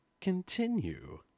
continue